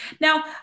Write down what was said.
Now